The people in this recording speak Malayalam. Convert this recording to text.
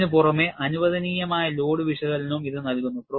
ഇതിനുപുറമെ അനുവദനീയമായ ലോഡ് വിശകലനവും ഇത് നൽകുന്നു